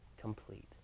complete